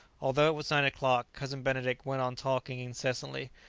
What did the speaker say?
although it was nine o'clock, cousin benedict went on talking incessantly,